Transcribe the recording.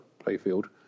playfield